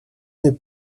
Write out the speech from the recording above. n’est